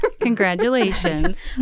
Congratulations